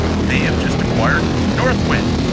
they have just acquired northwind.